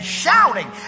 shouting